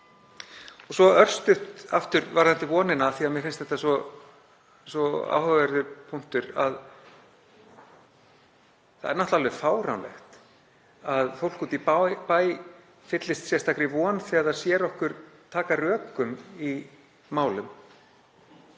Svo örstutt aftur varðandi vonina af því að mér finnst það svo áhugaverður punktur. Það er náttúrlega fáránlegt að fólk úti í bæ fyllist sérstakri von þegar það sér okkur taka rökum í málum.